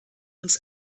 uns